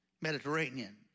Mediterranean